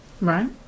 right